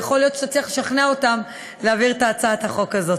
ויכול להיות שתצליח לשכנע אותם להעביר את הצעת החוק הזאת.